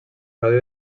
gaudir